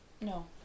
No